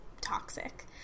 toxic